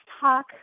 talk